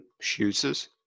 Shooters